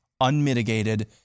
unmitigated